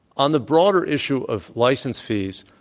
on the broader issue of license fees,